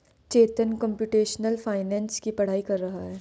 चेतन computational finance की पढ़ाई कर रहा है